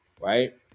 right